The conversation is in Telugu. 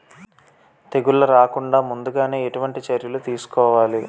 తెగుళ్ల రాకుండ ముందుగానే ఎటువంటి చర్యలు తీసుకోవాలి?